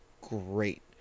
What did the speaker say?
great